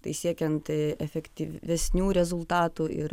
tai siekiant efektyvesnių rezultatų ir